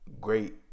great